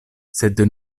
sed